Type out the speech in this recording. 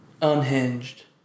unhinged